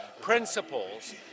principles